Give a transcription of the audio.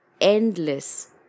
endless